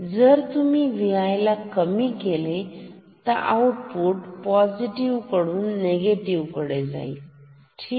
जर तुम्ही Vi ला कमी केले तर आउटपुट हे पॉझिटिव्ह कडून निगेटिव्ह कडे जाईल ठीक